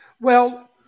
Well-